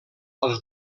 als